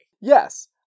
Yes